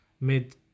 mid